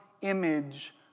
image